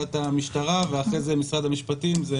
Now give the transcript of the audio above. מעבודת המשטרה ואחרי זה משרד המשפטים,